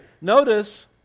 Notice